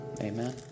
Amen